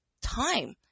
time